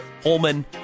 Holman